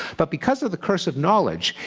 but because of the curse of knowledge,